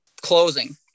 closing